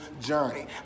journey